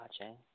watching